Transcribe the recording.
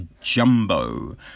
Jumbo